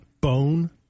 bone